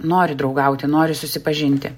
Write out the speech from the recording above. nori draugauti nori susipažinti